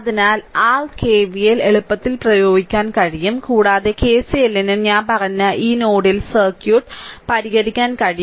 അതിനാൽ r k r KVL എളുപ്പത്തിൽ പ്രയോഗിക്കാൻ കഴിയും കൂടാതെ കെസിഎല്ലിനും ഞാൻ പറഞ്ഞ ഈ നോഡിൽ സർക്യൂട്ട് പരിഹരിക്കാൻ കഴിയും